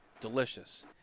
delicious